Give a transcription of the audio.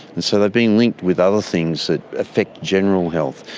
and so they've been linked with other things that affect general health.